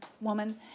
woman